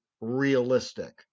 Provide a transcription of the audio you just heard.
realistic